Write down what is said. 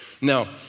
Now